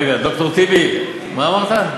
רגע, ד"ר טיבי, מה אמרת?